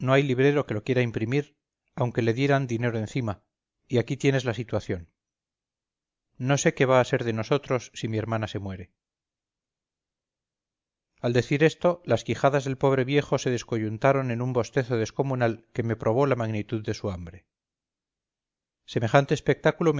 hay librero que lo quiera imprimir aunque le dieran dinero encima y aquí tienes la situación no sé qué va a ser de nosotros si mi hermana se muere al decir esto las quijadas del pobre viejo se descoyuntaron en un bostezo descomunal que me probó la magnitud de su hambre semejante espectáculo